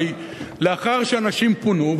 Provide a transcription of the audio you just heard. הרי לאחר שאנשים פונו,